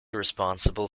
responsible